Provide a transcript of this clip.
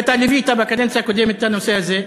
ואתה ליווית בקדנציה הקודמת את הנושא הזה,